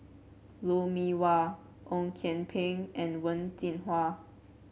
Lou Mee Wah Ong Kian Peng and Wen Jinhua